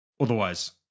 Otherwise